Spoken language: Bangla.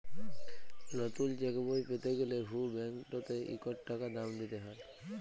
লতুল চ্যাকবই প্যাতে গ্যালে হুঁ ব্যাংকটতে ইকট টাকা দাম দিতে হ্যয়